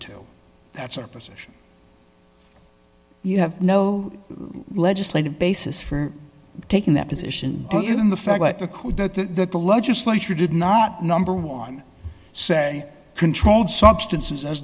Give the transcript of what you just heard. to that's our position you have no legislative basis for taking that position in the fact that the court that the legislature did not number one say controlled substances as